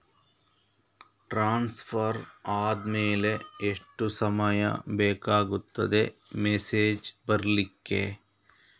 Transfer ಆದ್ಮೇಲೆ ಎಷ್ಟು ಸಮಯ ಬೇಕಾಗುತ್ತದೆ ಮೆಸೇಜ್ ಬರ್ಲಿಕ್ಕೆ?